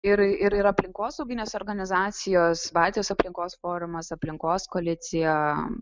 ir ir aplinkosauginės organizacijos baltijos aplinkos forumas aplinkos koalicija